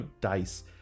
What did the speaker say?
dice